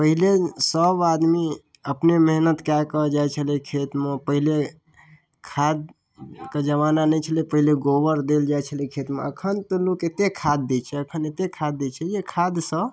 पहिले सब आदमी अपने मेहनत कए कऽ जाइ छलै खेतमे पहिले खादके जमाना नहि छलै पहिले गोबर देल जाइ छलै खेतमे अखन तऽ लोक एतेक खाद दै छै अखन एतेक खाद दै छै जे खादसँ